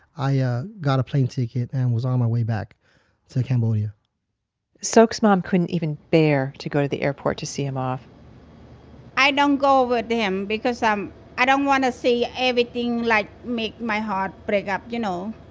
i yeah got a plane ticket and was on my way back to so cambodia sok's mom couldn't even bear to go to the airport to see him off i don't go with them because um i don't want to see everything like make my heart break up. you know,